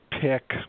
pick